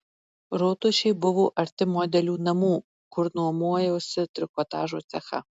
rotušė buvo arti modelių namų kur nuomojausi trikotažo cechą